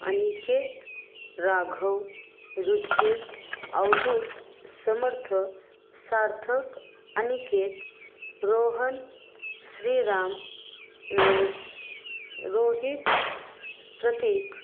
Aniket Raghav Ruchir Avdhoot Samarth Sarthak Aniket Rohan Shriram Rohit Pratik